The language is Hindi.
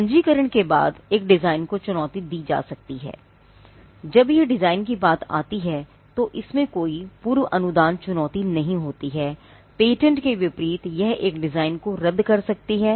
पंजीकरण के बाद एक डिजाइन को चुनौती दी जा सकती है जब यह डिजाइन की बात आती है तो इसमें कोई पूर्व अनुदान चुनौती नहीं होती है पेटेंट के विपरीत यह एक डिजाइन को रद्द कर सकती है